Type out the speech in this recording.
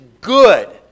good